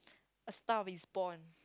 a Star Is Born